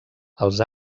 els